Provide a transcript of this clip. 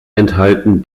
enthalten